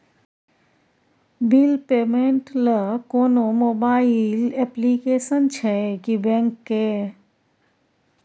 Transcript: Bill payment ल कोनो mobile application छै की बैंक के?